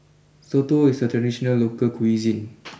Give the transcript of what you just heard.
Soto is a traditional local cuisine